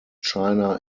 china